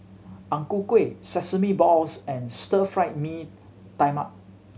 Ang Ku Kueh sesame balls and Stir Fry Mee Tai Mak